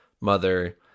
mother